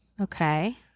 Okay